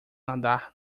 nadar